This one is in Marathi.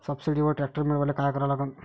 सबसिडीवर ट्रॅक्टर मिळवायले का करा लागन?